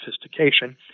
sophistication